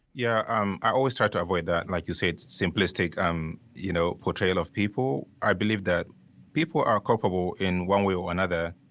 yeah, um i always try to avoid that. like you say, it's simplistic. um you know, portrayal of people. i believe that people are culpable in one way or another.